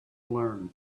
learn